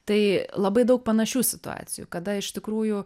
tai labai daug panašių situacijų kada iš tikrųjų